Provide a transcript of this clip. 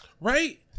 Right